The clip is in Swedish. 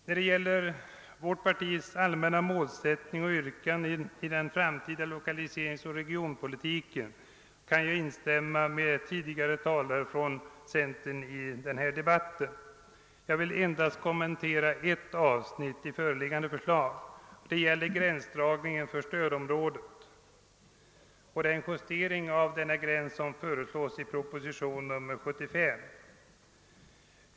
När det gäller vårt partis allmänna målsättning och yrkanden i den framtida lokaliseringsoch regionpolitiken kan jag instämma med tidigare talare från centern i denna debatt. Jag vill endast kommentera ett avsnitt i föreliggande förslag. Det gäller gränsdragningen för stödområdet och den justering av denna gräns som föreslås i proposition nr 75.